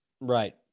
Right